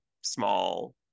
small